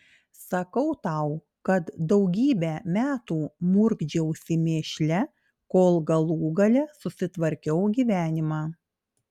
sakau tau kad daugybę metų murkdžiausi mėšle kol galų gale susitvarkiau gyvenimą